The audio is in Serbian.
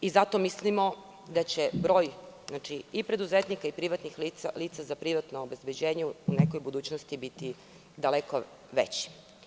Zato mislimo da će broj i preduzetnika i lica za privatno obezbeđenje u nekoj budućnosti biti daleko veće.